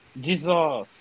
Jesus